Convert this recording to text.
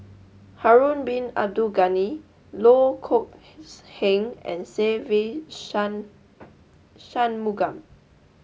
Harun Bin Abdul Ghani Loh Kok Heng and Se Ve Shanmugam